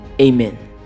Amen